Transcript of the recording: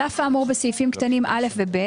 על אף האמור בסעיפים קטנים (א) ו-(ב),